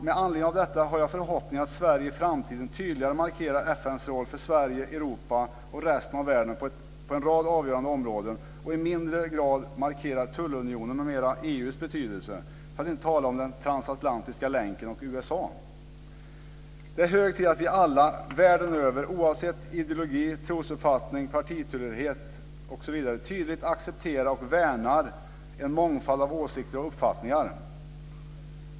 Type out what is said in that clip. Med anledning av detta har jag förhoppningen att Sverige i framtiden tydligare markerar FN:s roll för Sverige, Europa och resten av världen på en rad avgörande områden och i mindre grad markerar t.ex. tullunionen, EU:s betydelse, för att inte tala om den transatlantiska länken och USA. Det är hög tid att vi alla, världen över, oavsett ideologi, trosuppfattning, partitillhörighet osv., tydligt accepterar och värnar en mångfald av åsikter och uppfattningar.